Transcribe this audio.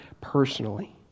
personally